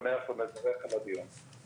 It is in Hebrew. כמה עשרות מיליונים.